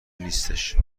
نیستش